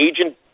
agent